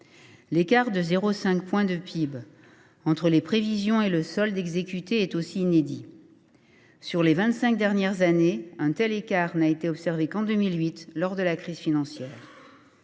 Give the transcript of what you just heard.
L’écart de 0,5 point de PIB entre les prévisions et le solde exécuté est aussi inédit. Au cours des vingt cinq dernières années, un tel écart n’a été observé qu’en 2008, lors de la crise financière.